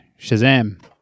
Shazam